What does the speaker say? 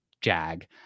jag